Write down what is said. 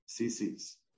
cc's